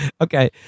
Okay